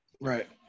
Right